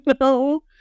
No